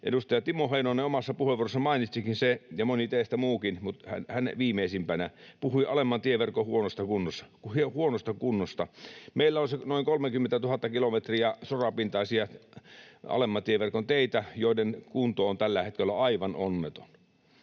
Edustaja Timo Heinonen omassa puheenvuorossaan mainitsikin sen, ja moni muukin teistä, mutta hän viimeisimpänä. Hän puhui alemman tieverkon huonosta kunnosta. Meillä on noin 30 000 kilometriä sorapintaisia alemman tieverkon teitä, joiden kunto on tällä hetkellä aivan onneton.